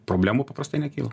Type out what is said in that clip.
problemų paprastai nekyla